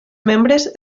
membres